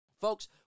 folks